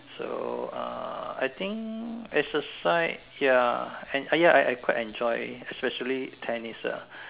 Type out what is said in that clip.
so uh I think exercise ya and ya I quite enjoy especially tennis ah